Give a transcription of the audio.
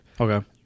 Okay